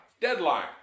Deadline